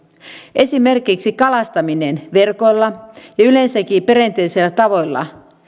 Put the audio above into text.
esimerkiksi kalastaminen verkoilla ja yleensäkin perinteisillä tavoilla